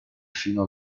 fino